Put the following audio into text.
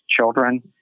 children